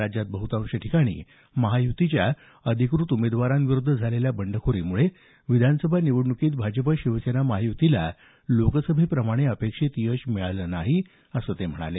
राज्यात बहुतांश ठिकाणी महायुतीच्या अधिकृत उमेदवारांविरूद्ध झालेल्या बंडखोरींमुळे विधानसभा निवडण्कीत भाजप शिवसेना महायुतीला लोकसभेप्रमाणे अपेक्षित यश मिळालं नाही असं ते म्हणाले